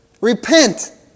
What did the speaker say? Repent